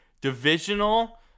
Divisional